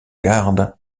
garde